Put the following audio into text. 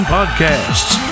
Podcasts